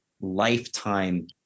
lifetime